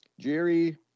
Jerry